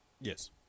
Yes